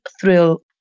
thrill